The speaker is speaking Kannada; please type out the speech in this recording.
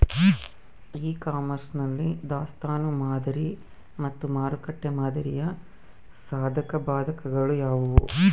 ಇ ಕಾಮರ್ಸ್ ನಲ್ಲಿ ದಾಸ್ತನು ಮಾದರಿ ಮತ್ತು ಮಾರುಕಟ್ಟೆ ಮಾದರಿಯ ಸಾಧಕಬಾಧಕಗಳು ಯಾವುವು?